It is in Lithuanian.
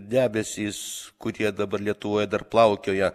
debesys kurie dabar lietuvoj dar plaukioja